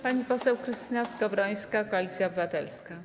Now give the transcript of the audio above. Pani poseł Krystyna Skowrońska, Koalicja Obywatelska.